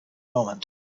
moment